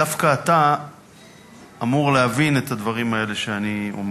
דווקא אתה אמור להבין את הדברים שאני אומר.